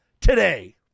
today